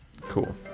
Cool